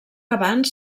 abans